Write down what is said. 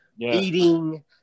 eating